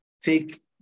take